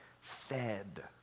fed